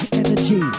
energy